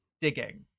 digging